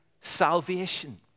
salvation